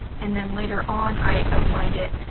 and then later on i outlined it.